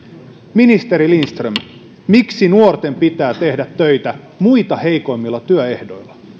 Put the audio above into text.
ministeri lindström miksi nuorten pitää tehdä töitä muita heikommilla työehdoilla